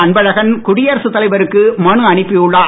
அன்பழகன் குடியரசு தலைவருக்கு மனு அனுப்பி உள்ளார்